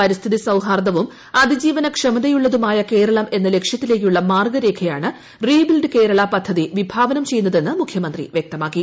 പരിസ്ഥിതി സൌഹാർദ്ദവും അതിജീവനക്ഷമതയുള്ളതുമായ കേരളം എന്ന ലക്ഷ്യത്തിലേയ്ക്കുള്ള മാർഗ്ഗരേഖയാണ് റീബിൽഡ് കേരള പദ്ധതി വിഭാവനം ചെയ്യുന്നതെന്ന് മുഖ്യമന്ത്രി വ്യക്തമാക്കി